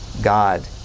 God